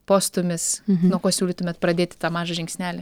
postūmis nuo ko siūlytumėt pradėti tą mažą žingsnelį